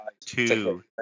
Two